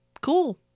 Cool